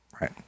right